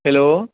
hello